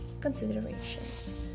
considerations